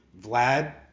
vlad